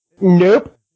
nope